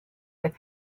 with